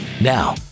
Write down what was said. now